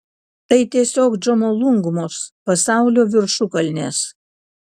tai tiesiog džomolungmos pasaulio viršukalnės